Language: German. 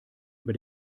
über